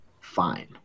Fine